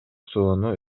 сууну